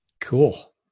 Cool